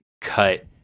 cut